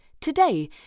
today